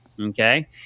Okay